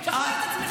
תשכנע את עצמך.